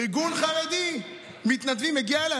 ארגון חרדי, מתנדבים, הגיע אליי.